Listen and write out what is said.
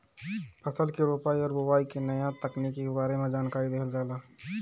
फसल के रोपाई और बोआई के नया तकनीकी के बारे में जानकारी देहल जाला